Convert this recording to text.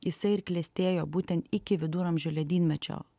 jisai ir klestėjo būtent iki viduramžių ledynmečio